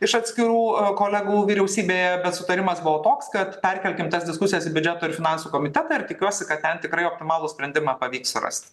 iš atskirų kolegų vyriausybėje bet sutarimas buvo toks kad perkelkim tas diskusijas į biudžeto ir finansų komitetą ir tikiuosi kad ten tikrai optimalų sprendimą pavyks surasti